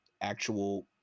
actual